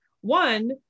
One